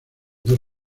dos